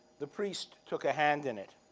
the priest took a hand in it.